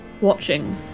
watching